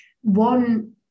one